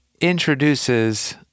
introduces